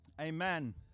Amen